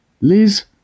Liz